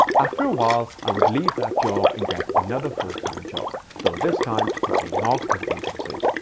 after a while, i would leave that job and get another full time job, though this time for a marketing agency.